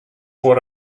what